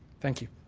thank you.